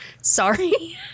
Sorry